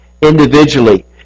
individually